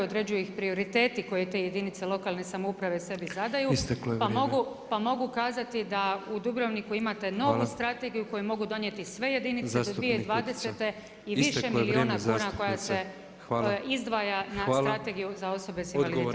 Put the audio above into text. Određuju ih prioriteti koje te jedinice lokalne samouprave sebi zadaju, pa mogu kazati da u Dubrovniku imate novu strategiju koju mogu donijeti sve jedinicu za 2020. i više [[Upadica Petrov: Hvala, isteklo je vrijeme zastupnice.]] milijuna kuna koja se izdvaja na strategiju za osobe s invaliditetom.